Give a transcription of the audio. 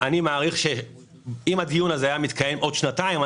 אם הדיון היה מתקיים עוד שנתיים,